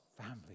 family